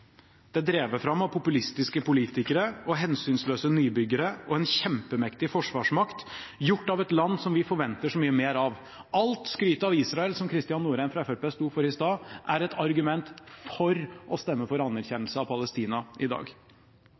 drevet fram av populistiske politikere, hensynsløse nybyggere og en kjempemektig forsvarsmakt, gjort av et land som vi forventer så mye mer av. All skryt av Israel som Kristian Norheim fra Fremskrittspartiet sto for i stad, er et argument for å stemme for anerkjennelse av Palestina i dag.